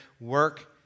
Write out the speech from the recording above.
work